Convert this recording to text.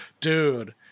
dude